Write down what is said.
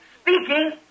speaking